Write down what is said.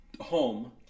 home